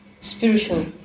spiritual